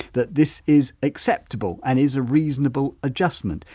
that this is acceptable and is a reasonable adjustment.